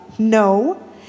No